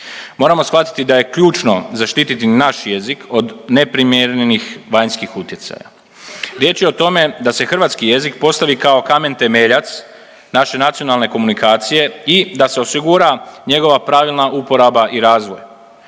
Moramo shvatiti da je ključno zaštititi naš jezik od neprimjerenih vanjskih utjecaja. Riječ je o tome da se hrvatski jezik postavi kao kamen temeljac naše nacionalne komunikacija i da se osigura njegova pravilna uporaba i razvoj.